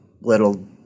little